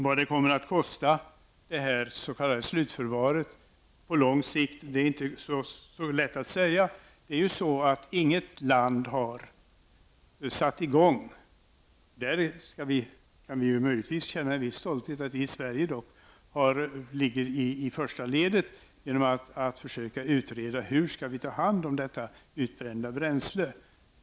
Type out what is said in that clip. Vad det s.k. slutförvaret på lång sikt kommer att kosta är inte lätt att säga. Vi kan naturligtvis känna en viss stolthet över att vi i Sverige ligger i första ledet när det gäller att försöka utreda hur man skall ta hand om det utbrända bränslet.